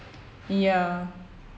ya